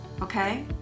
Okay